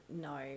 no